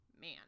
man